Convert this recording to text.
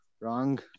Wrong